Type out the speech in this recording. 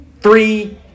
Three